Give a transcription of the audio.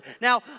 Now